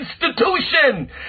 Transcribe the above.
institution